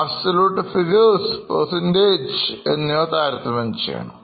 absolute Figures percentages എന്നിവതാരതമ്യം ചെയ്യണം